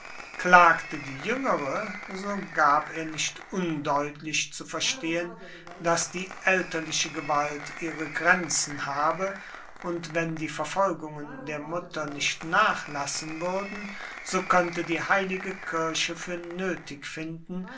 klagte die jüngere so gab er nicht undeutlich zu verstehen daß die elterliche gewalt ihre grenzen habe und wenn die verfolgungen der mutter nicht nachlassen würden so könnte die heilige kirche für nötig finden